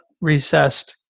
recessed